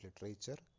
literature